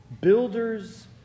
builders